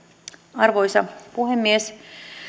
arvoisa puhemies